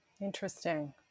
Interesting